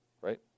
right